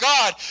God